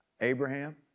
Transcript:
Abraham